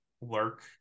lurk